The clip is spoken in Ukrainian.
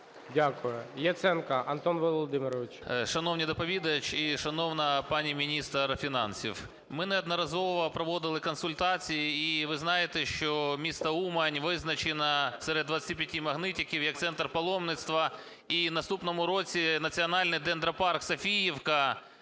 Дякую. Яценко Антон Володимирович. 13:25:41 ЯЦЕНКО А.В. Шановний доповідач і шановна пані міністр фінансів! Ми неодноразово проводили консультації і ви знаєте, що місто Умань визначено серед 25 магнітиків як центр паломництва. І в наступному році Національний дендропарк "Софіївка",